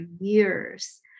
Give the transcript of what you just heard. years